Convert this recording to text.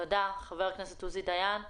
תודה חבר הכנסת עוזי דיין.